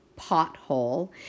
pothole